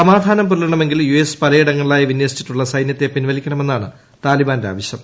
സമാധാനം പുലരണമെങ്കിൽ യുഎസ് പലയിടങ്ങളിലായി വിന്യസിച്ചിട്ടുള്ള സൈന്യത്തെ പിൻവലിക്കണമെന്നാണ് താലിബാന്റെ ആവശ്യം